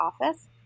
office